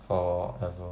forever